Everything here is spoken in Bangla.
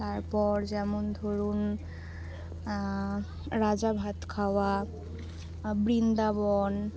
তারপর যেমন ধরুন রাজাভাতখাওয়া বৃন্দাবন